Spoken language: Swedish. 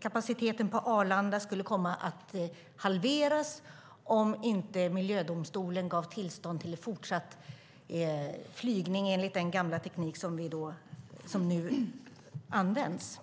kapaciteten på Arlanda skulle komma att halveras om inte miljödomstolen gav tillstånd till fortsatt flygning enligt den gamla teknik som nu används.